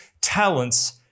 talents